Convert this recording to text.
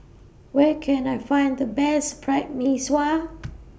Where Can I Find The Best Fried Mee Sua